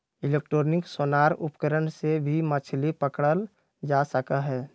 electronic sonar उपकरण से भी मछली पकड़ल जा सका हई